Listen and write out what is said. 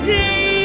day